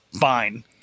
fine